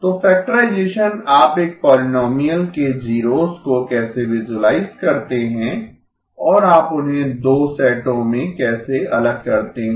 तो फैक्टराइजेसन आप एक पोलिनोमियल के जीरोस को कैसे विसुलाइज करते हैं और आप उन्हें दो सेटों में कैसे अलग करते हैं